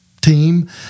team